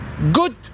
Good